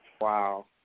Wow